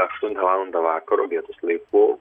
aštuntą valandą vakaro vietos laiku